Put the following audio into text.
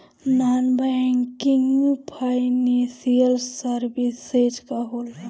Non banking financial services का होला?